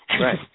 Right